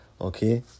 Okay